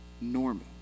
normal